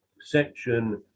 section